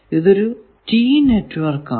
ഇതൊരു T network ആണ്